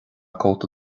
cóta